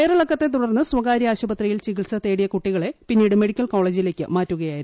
വയറിളക്കത്തെ തുടർന്ന് സ്വകാര്യ ആശുപത്രിയിൽ ചികിൽസ തേടിയ കുട്ടികളെ പിന്നീട് മെഡിക്കൽ കോളേജിലേക്ക് മാറ്റുകയായിരുന്നു